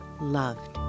loved